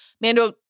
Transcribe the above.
Mando